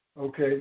okay